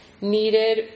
needed